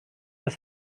his